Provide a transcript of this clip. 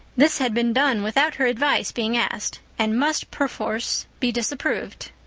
this had been done without her advice being asked, and must perforce be disapproved.